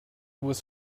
was